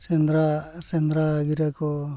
ᱥᱮᱸᱫᱽᱨᱟ ᱥᱮᱸᱫᱽᱨᱟ ᱜᱤᱨᱟᱹ ᱠᱚ